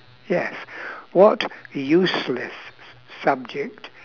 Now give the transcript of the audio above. yes what useless subject